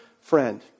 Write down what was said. friend